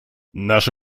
наше